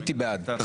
הייתי בעד.